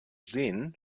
seen